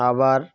আবার